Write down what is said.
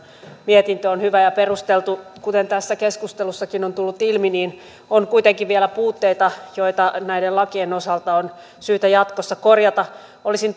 mietintö on hyvä ja perusteltu kuten tässä keskustelussakin on tullut ilmi niin on kuitenkin vielä puutteita joita näiden lakien osalta on syytä jatkossa korjata olisin